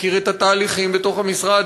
מכיר את התהליכים בתוך המשרד,